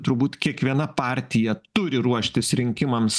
turbūt kiekviena partija turi ruoštis rinkimams